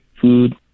food